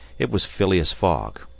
it was phileas fogg,